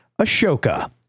Ashoka